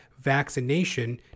vaccination